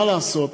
מה לעשות,